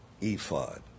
ephod